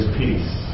peace